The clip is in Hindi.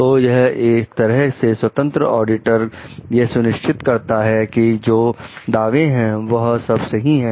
तो यह एक तरह से स्वतंत्र ऑडिटर यह सुनिश्चित करता है कि जो दावे हैं वह सब सही हैं